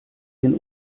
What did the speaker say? den